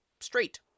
straight